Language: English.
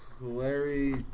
Larry